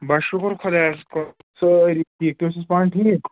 بَس شُکُر خۄدایَس کُن سٲری ٹھیٖک تُہۍ حظ چھُو پَانہٕ ٹھیٖک